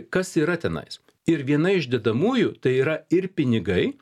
kas yra tenais ir viena iš dedamųjų tai yra ir pinigai